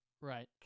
right